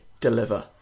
deliver